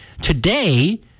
today